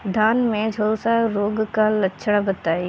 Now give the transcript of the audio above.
धान में झुलसा रोग क लक्षण बताई?